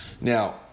Now